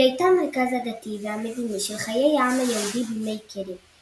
היא הייתה המרכז הדתי והמדיני של חיי העם היהודי בימי קדם,